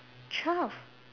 twelve